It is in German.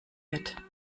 wird